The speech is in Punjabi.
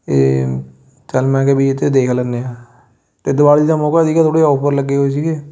ਅਤੇ ਚੱਲ ਮੈਂ ਕਿਹਾ ਵੀ ਇਹ 'ਤੇ ਦੇਖ ਲੈਂਦੇ ਹਾਂ ਅਤੇ ਦਿਵਾਲੀ ਦਾ ਮੌਕਾ ਸੀਗਾ ਥੋੜ੍ਹੇ ਔਫਰ ਲੱਗੇ ਹੋਏ ਸੀਗੇ